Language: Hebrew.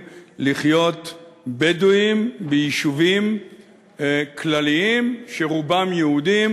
לחיות בדואים ביישובים כלליים שרובם יהודיים?